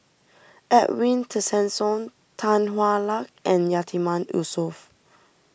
Edwin Tessensohn Tan Hwa Luck and Yatiman Yusof